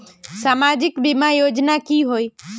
सामाजिक बीमा योजना की होय?